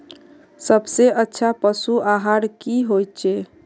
सबसे अच्छा पशु आहार की होचए?